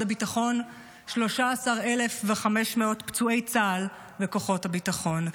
הביטחון 13,500 פצועי צה"ל וכוחות הביטחון,